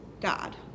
God